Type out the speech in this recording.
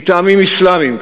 מטעמים אסלאמיים,